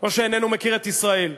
או שאיננו מכיר את ישראל.